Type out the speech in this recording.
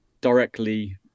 directly